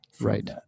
Right